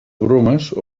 bromes